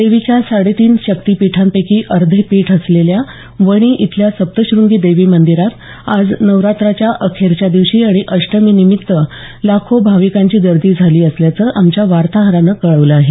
देवीच्या साडे तीन शक्ती पीठांपैकी अर्धे पीठ असलेल्या वणी इथल्या सप्तशृंगी देवी मंदिरात आज नवरात्राच्या अखेरच्या दिवशी आणि अष्टमी निमित्त लाखो भाविकांची गर्दी झाली असल्याचं आमच्या वार्ताहरानं कळवलं आहे